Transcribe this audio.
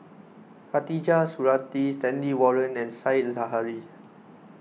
Khatijah Surattee Stanley Warren and Said Zahari